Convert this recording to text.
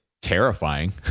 terrifying